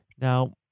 Now